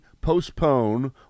postpone